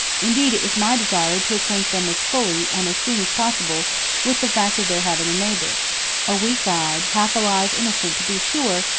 indeed it was my desire to acquaint them as fully and as soon as possible with the fact of their having a neighbor a weak-eyed half-alive innocent to be sure,